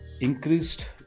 increased